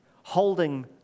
Holding